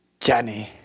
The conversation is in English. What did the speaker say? Johnny